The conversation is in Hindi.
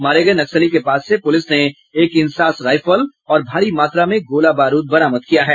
मारे गये नक्सली के पास से पुलिस ने एक इंसास राइफल और भारी मात्रा में गोला बारूद बरामद किया है